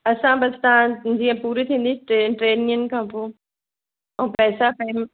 असां बसि तव्हां जीअं पूरी थी थींदी टे टिनि ॾींहंनि खां पोइ ऐं पैसा पहिरियूं